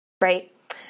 Right